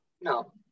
no